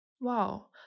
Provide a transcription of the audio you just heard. Wow